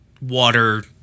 water